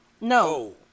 No